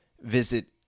visit